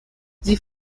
sie